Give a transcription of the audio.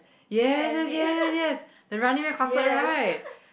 yes yes yes yes yes the Running Man concert right